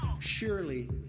Surely